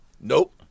nope